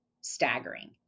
staggering